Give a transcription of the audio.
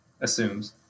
assumes